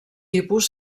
tipus